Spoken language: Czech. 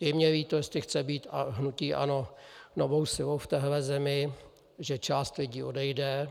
Je mně líto, jestli chce být hnutí ANO novou silou v téhle zemi, že část lidí odejde.